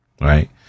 Right